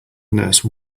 nurse